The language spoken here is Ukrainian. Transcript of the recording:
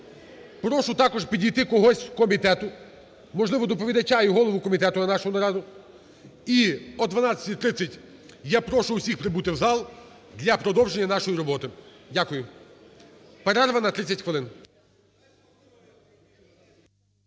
Прошу також підійти когось з комітету, можливо, доповідача і голову комітету на нашу нараду. І о 12:30 я прошу усіх прибути в зал для продовження нашої роботи. Дякую. Перерва на 30 хвилин.